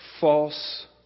false